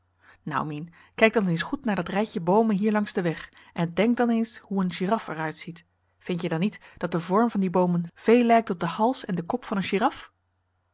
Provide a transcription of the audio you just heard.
nou mien kijk dan eens goed naar dat rijtje boomen hier langs den weg en denk dan eens hoe een giraf er uitziet vindt je dan niet dat de vorm van die boomen veel lijkt op den hals en den kop van een giraf